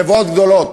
חברות גדולות,